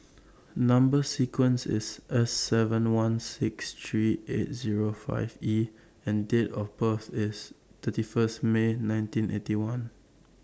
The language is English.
Number sequence IS S seven one six three eight Zero five E and Date of birth IS thirty First May nineteen Eighty One